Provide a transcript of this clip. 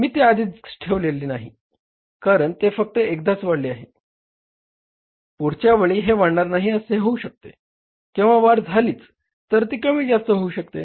मी ते आधीच ठेवलेले नाही कारण ते फक्त एकदाच वाढले आहे पुढच्या वेळी हे वाढणार नाही असे होऊ शकते किंवा वाढ झालीच तर ती कमी जास्त असू शकते